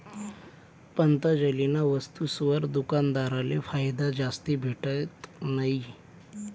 पतंजलीना वस्तुसवर दुकानदारसले फायदा जास्ती भेटत नयी